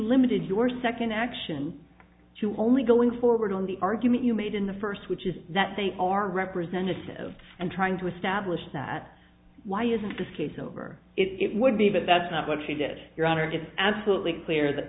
limited your second action to only going forward on the argument you made in the first which is that they are representative and trying to establish that why isn't this case over it would be but that's not what she did your honor it's absolutely clear that